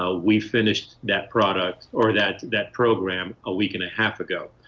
ah we finished that product or that that program a week and a half ago.